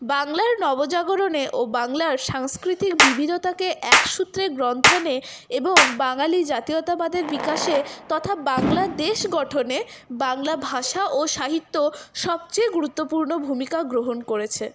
বাংলার নব জাগরণে ও বাংলার সাংস্কৃতিক বিবিধতাকে এক সূত্রে গ্রন্থনে এবং বাঙালি জাতিয়তাবাদের বিকাশে তথা বাংলার দেশ গঠনে বাংলা ভাষা ও সাহিত্য সবচেয়ে গুরুত্বপূর্ণ ভূমিকা গ্রহণ করেছে